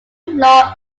law